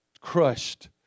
crushed